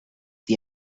the